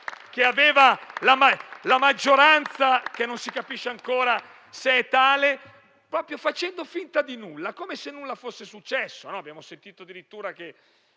che aveva la maggioranza, che non si capisce ancora se è tale, facendo proprio finta di nulla, come se nulla fosse successo. Abbiamo addirittura